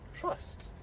trust